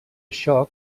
això